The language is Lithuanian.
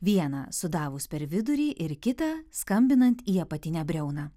vieną sudavus per vidurį ir kitą skambinant į apatinę briauną